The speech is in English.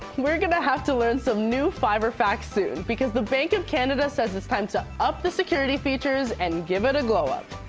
we're going to have to learn some new fibre facts soon because the bank of canada says it's time to up the security features and give it a glow up.